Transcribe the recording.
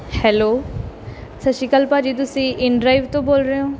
hello ਸਤਿ ਸ਼੍ਰੀ ਅਕਾਲ ਭਾਅ ਜੀ ਤੁਸੀਂ ਇਨਡਰਾਈਵ ਤੋਂ ਬੋਲ ਰਹੇ ਹੋ